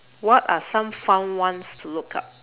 what are some fun ones to look up